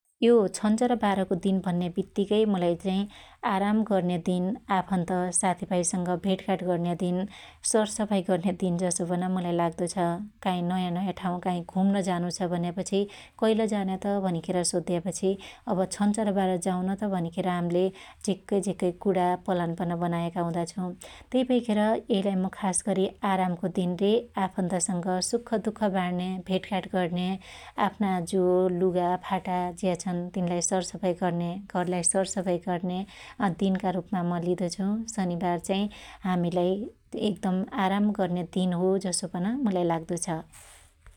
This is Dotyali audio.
यो छन्चर बारको दिन भन्या बित्तिकै मुलाई चाइ आराम गर्नया दिन आफन्त साथिभाईसंग भेटघाट गर्नन्या दिन ,सरसफाई गर्नन्या दिन जसो पन मुलाई लागदो छ । काई नँया नँया ठाँउ काई घुम्न जानु छ भन्यापछि कइल जान्या त भनिखेर सोध्यापछि अब छन्चर बार जाउन त भनिखेर हाम्ले झिक्कै झिक्कै कुणा पलान पन बनायाका हुदा छु । त्यै भैखेर यैलाई मु खास गरी आरामको दिन रे आफन्तसंग सुख दुख बाड्न्या, भेटघाट गर्न्या ,आफना जो लुगा फाटा ज्या छन तिनलाई सरसफाई गर्नया, घरलाई सरसफाई गर्न्या दिनका रुपमा म लिदो छु । शनिबार चाइ हामिलाई एक दम आराम गर्न्या दिन हो जसो पन मलाई लाग्दो छ ।